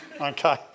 Okay